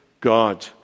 God